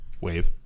Wave